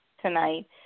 tonight